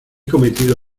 cometido